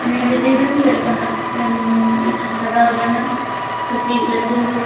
ᱧᱮᱞ ᱤᱫᱤ ᱵᱮᱱ ᱪᱮᱫ ᱞᱮᱠᱟᱱᱟᱜ ᱵᱮᱱ ᱞᱟᱜᱟᱣᱟᱵᱮᱱᱟ ᱠᱟᱹᱴᱤᱡ ᱞᱟᱹᱴᱩ